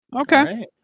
Okay